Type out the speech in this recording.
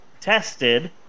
tested